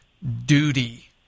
duty